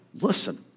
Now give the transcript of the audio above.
Listen